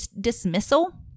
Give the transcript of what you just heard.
dismissal